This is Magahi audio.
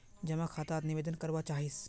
जमा खाता त निवेदन करवा चाहीस?